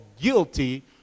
guilty